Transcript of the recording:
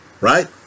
right